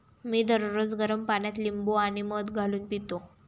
मी दररोज गरम पाण्यात लिंबू आणि मध घालून पितो